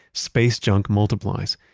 space junk multiplies.